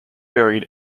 buried